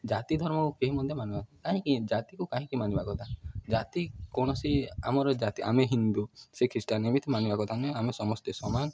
ଜାତି ଧର୍ମକୁ କେହି ମଧ୍ୟ ମାନୁନାହାନ୍ତି କାହିଁକି ଜାତିକୁ କାହିଁକି ମାନିବା କଥା ଜାତି କୌଣସି ଆମର ଜାତି ଆମେ ହିନ୍ଦୁ ସେ ଖ୍ରୀଷ୍ଟିୟାନ୍ ଏମିତି ମାନିବା କଥା ନୁହେଁ ଆମେ ସମସ୍ତେ ସମାନ